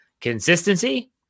consistency